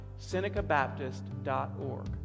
SenecaBaptist.org